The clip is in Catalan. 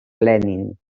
lenin